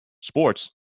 sports